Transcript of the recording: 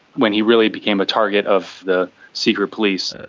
when he really became a target of the secret police.